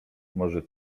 może